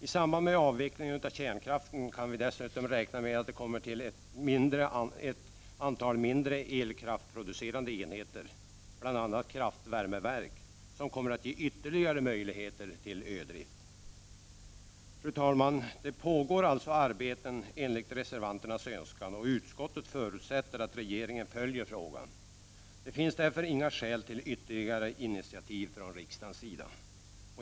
I samband med avvecklingen av kärnkraften kan vi dessutom räkna med att det kommer till ett antal mindre elkraftproducerande enheter, bl.a. kraftvärmeverk, som kommer att ge ytterligare möjligheter till Ö-drift. Fru talman! Det pågår alltså arbeten enligt reservanternas önskan, och utskottet förutsätter att regeringen följer frågan. Det finns därför inga skäl till ytterligare initiativ från riksdagens sida.